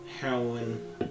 heroin